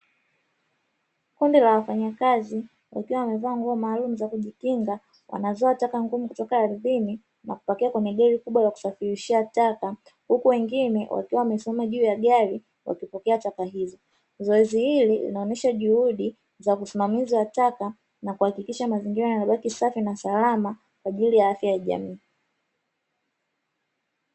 Kundi la wafanyakazi wakiwa wamevaa nguo maalumu za kujikinga wanazoa taka ngumu kutoka ardhini na kupakia kwenye gari kubwa la kusafirisha taka, huku wengine wakiwa wamesimama juu ya gari wakipokea taka hizo. Zoezi hili linaonyesha juhudi za usimamizi wa taka na kuhakikisha mazingira yanabaki safi na salama, kwa ajili ya afya ya jamii.